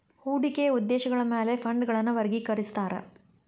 ಹೂಡಿಕೆಯ ಉದ್ದೇಶಗಳ ಮ್ಯಾಲೆ ಫಂಡ್ಗಳನ್ನ ವರ್ಗಿಕರಿಸ್ತಾರಾ